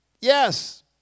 Yes